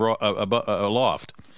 aloft